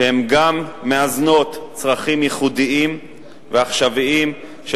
שגם מאזנות צרכים ייחודיים ועכשוויים של